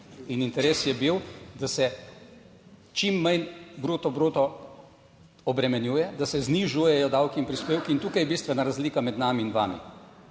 In interes je bil, da se čim manj bruto, bruto obremenjuje, da se znižujejo davki in prispevki in tukaj je bistvena razlika med nami in vami.